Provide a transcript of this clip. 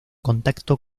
contacto